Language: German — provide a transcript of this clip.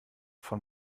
von